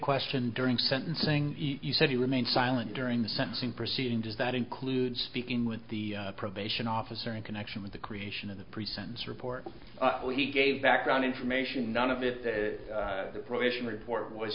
question during sentencing you said he remained silent during the sentencing proceeding does that include speaking with the probation officer in connection with the creation of the pre sentence report he gave background information none of it that the probation report was